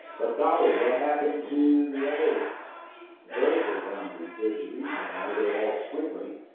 but golly, what happened to the other vertical boundaries? there's a reason why they're all squiggly,